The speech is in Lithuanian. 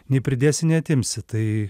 nei pridėsi nei atimsi tai